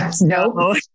No